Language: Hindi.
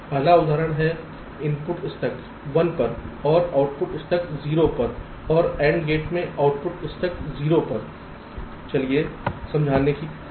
पहला उदाहरण है इनपुट स्टक 1 पर और आउटपुट स्टक 0 पर और ANDगेट में आउटपुट स्टक 0 पर है